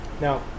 Now